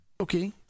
okay